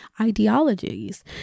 ideologies